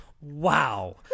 Wow